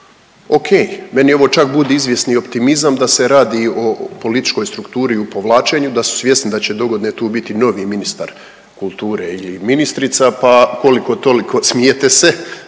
Okej, meni ovo čak budi izvjesni optimizam da se radi o političkoj strukturi u povlačenju, da su svjesni da će dogodine tu biti novi ministar kulture ili ministrica pa koliko-toliko, smijete se,